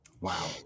Wow